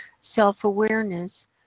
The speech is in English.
self-awareness